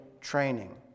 training